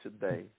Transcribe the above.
today